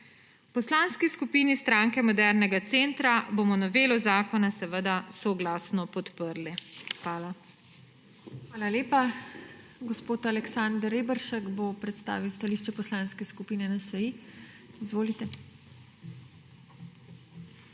V Poslanski skupini Stranke modernega centra bomo novelo zakona seveda soglasno podprli. Hvala. PODPREDSEDNICA TINA HEFERLE: Hvala lepa. Gospod Aleksander Reberšek bo predstavil stališče Poslanske skupine NSi. Izvolite.